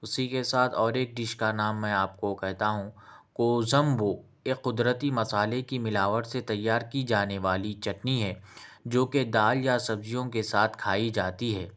اُسی کے ساتھ اور ایک ڈش کا نام میں آپ کو کہتا ہوں کوزمبو یہ قدرتی مصالحے کی ملاوٹ سے تیار کی جانے والی چٹنی ہے جو کہ دال یا سبزیوں کے ساتھ کھائی جاتی ہے